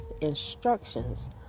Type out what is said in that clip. instructions